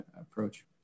approach